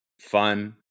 fun